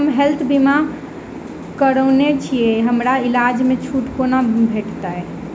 हम हेल्थ बीमा करौने छीयै हमरा इलाज मे छुट कोना भेटतैक?